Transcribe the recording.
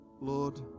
Lord